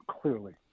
clearly